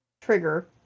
trigger